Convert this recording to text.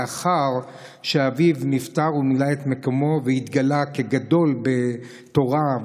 לאחר שאביו נפטר הוא מילא את מקומו והתגלה כגדול בתורה,